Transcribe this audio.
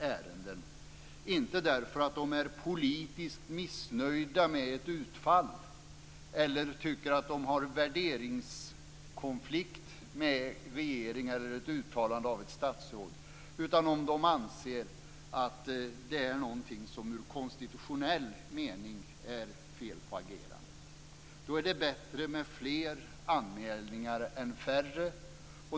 Men de skall inte göra det därför att de är politiskt missnöjda med ett utfall eller därför att de är i en värderingskonflikt med regeringen eller ogillar ett uttalande från ett statsråd, utan om de anser att ett agerande är felaktigt i konstitutionell mening. Då är det bättre med fler anmälningar än färre.